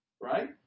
Right